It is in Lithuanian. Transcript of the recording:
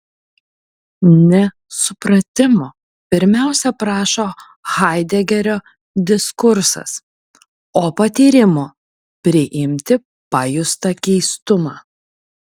ne supratimo pirmiausia prašo haidegerio diskursas o patyrimo priimti pajustą keistumą